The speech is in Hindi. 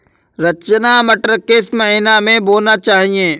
रचना मटर किस महीना में बोना चाहिए?